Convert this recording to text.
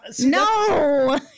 no